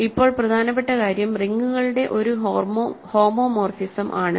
എന്നാൽ ഇപ്പോൾ പ്രധാനപ്പെട്ട കാര്യം റിങ്ങുകളുടെ ഒരു ഹോമോമോർഫിസം ആണ്